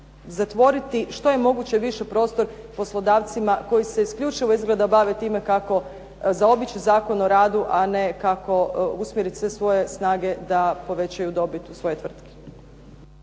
zatvoriti što je moguće više prostor poslodavcima koji se isključivo izgleda bave time kako zaobići Zakon o radu, a ne kako usmjeriti sve svoje snage da povećaju dobit u svojoj tvrtki.